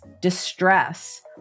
distress